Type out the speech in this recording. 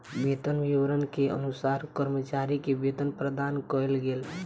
वेतन विवरण के अनुसार कर्मचारी के वेतन प्रदान कयल गेल